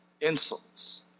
insults